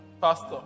Pastor